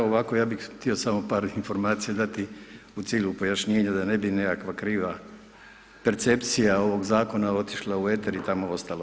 Ovako ja bi htio samo par informacija dati u cilju pojašnjenja da ne bi nekakva kriva percepcija ovog zakona otišla u eter i tamo ostala.